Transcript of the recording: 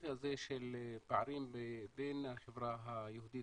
הספציפי הזה של פערים בין החברה היהודית